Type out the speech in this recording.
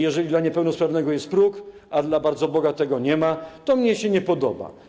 Jeżeli dla niepełnosprawnego jest próg, a dla bardzo bogatego nie ma, to mnie się to nie podoba.